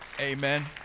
Amen